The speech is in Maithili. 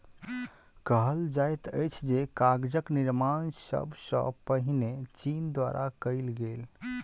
कहल जाइत अछि जे कागजक निर्माण सब सॅ पहिने चीन द्वारा कयल गेल